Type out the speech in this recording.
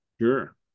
Sure